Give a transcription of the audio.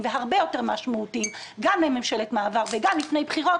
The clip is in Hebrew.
והרבה יותר משמעותיים גם בממשלת מעבר וגם לפני בחירות,